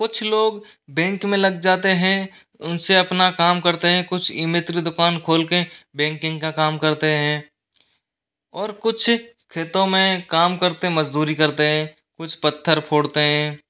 कुछ लोग बैंक में लग जाते हैं उनसे अपना काम करते हैं कुछ ई मित्र दुकान खोलकर बैंकिंग का काम करते हैं और कुछ खेतों में काम करते मजदूरी करते हैं कुछ पत्थर फोड़ते हैं